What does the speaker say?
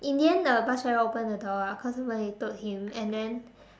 in the end the bus driver opened the door ah cause somebody told him and then